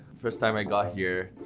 first time i got here,